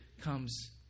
comes